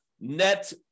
net